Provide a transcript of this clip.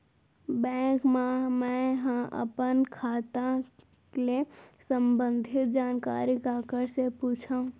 Bank मा मैं ह अपन खाता ले संबंधित जानकारी काखर से पूछव?